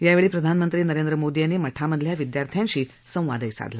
यावेळी प्रधानमंत्री नरेंद्र मोदी यांनी मठामधल्या विद्यार्थ्यांशी संवाद साधला